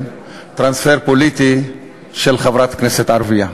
טרנספר פוליטי של חברת כנסת ערבייה